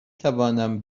توانم